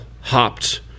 hopped